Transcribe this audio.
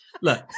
Look